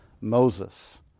Moses